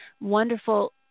wonderful